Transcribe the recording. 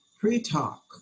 pre-talk